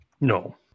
No